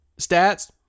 stats